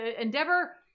endeavor